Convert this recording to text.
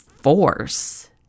force